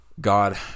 God